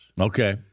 Okay